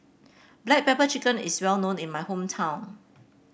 Black Pepper Chicken is well known in my hometown